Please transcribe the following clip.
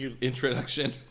introduction